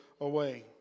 away